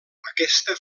aquesta